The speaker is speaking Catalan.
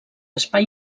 espai